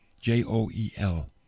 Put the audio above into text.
J-O-E-L